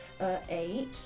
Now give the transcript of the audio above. Eight